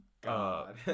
god